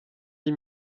dix